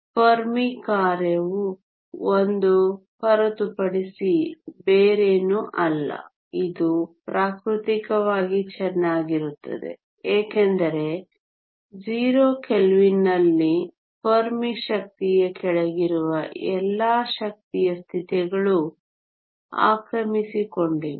Fermi ಕಾರ್ಯವು 1 ಹೊರತುಪಡಿಸಿ ಬೇರೇನೂ ಅಲ್ಲ ಇದು ಪ್ರಾಕೃತಿಕವಾಗಿ ಚೆನ್ನಾಗಿರುತ್ತದೆ ಏಕೆಂದರೆ 0 ಕೆಲ್ವಿನ್ನಲ್ಲಿ ಫೆರ್ಮಿ ಶಕ್ತಿಯ ಕೆಳಗಿರುವ ಎಲ್ಲಾ ಶಕ್ತಿಯ ಸ್ಥಿತಿಗಳು ಆಕ್ರಮಿಸಿಕೊಂಡಿವೆ